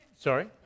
Sorry